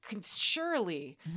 surely